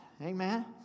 Amen